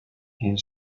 and